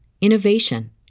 innovation